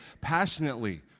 passionately